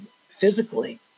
physically